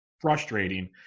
frustrating